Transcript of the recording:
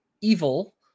evil